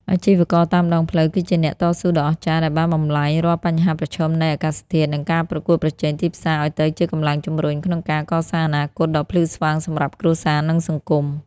អាជីវករតាមដងផ្លូវគឺជាអ្នកតស៊ូដ៏អស្ចារ្យដែលបានបំប្លែងរាល់បញ្ហាប្រឈមនៃអាកាសធាតុ និងការប្រកួតប្រជែងទីផ្សារឱ្យទៅជាកម្លាំងជម្រុញក្នុងការកសាងអនាគតដ៏ភ្លឺស្វាងសម្រាប់គ្រួសារ និងសង្គម។